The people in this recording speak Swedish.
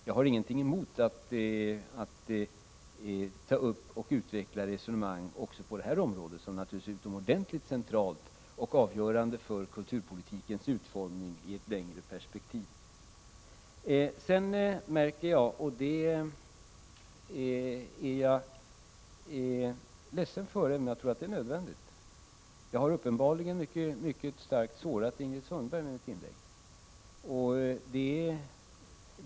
Jag har ingenting emot att ta upp och utveckla resonemang också på det här området, som är utomordentligt centralt och avgörande för kulturpolitikens utformning i ett längre perspektiv. Sedan märker jag att jag uppenbarligen mycket starkt har sårat Ingrid Sundberg med mitt inlägg.